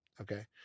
okay